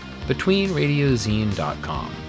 BetweenRadioZine.com